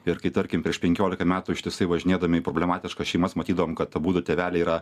ir kai tarkim prieš penkiolika metų ištisai važinėdami į problematiška šeimas matydavom kad abudu tėveliai yra